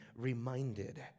reminded